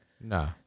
Nah